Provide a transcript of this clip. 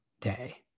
day